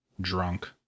drunk